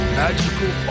magical